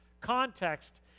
context